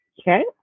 okay